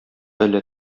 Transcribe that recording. әллә